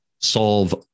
solve